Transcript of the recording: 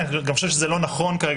אני חושב שזה גם לא נכון כרגע,